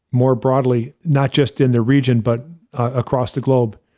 more broadly, not just in the region, but across the globe.